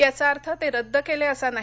याचा अर्थ ते रद्द केले असा नाही